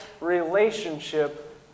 relationship